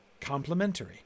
complementary